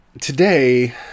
today